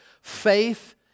Faith